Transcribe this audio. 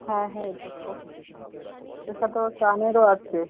হ্যাঁ হ্যাঁ এই দেখো এর সাথে আবার কানেরও আছে